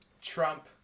Trump